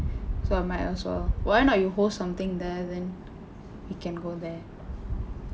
so I might as well why not you host something there then we can go there